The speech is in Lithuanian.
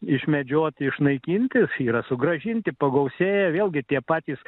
išmedžioti išnaikinti yra sugrąžinti pagausėję vėlgi tie patys